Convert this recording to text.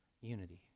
unity